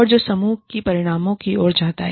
और जो समूह की परिणामों की ओर जाता है